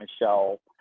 Michelle